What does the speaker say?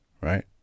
Right